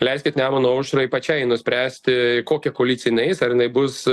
leiskit nemuno aušrai pačiai nuspręsti į kokią koaliciją jinai eis ar jinai bus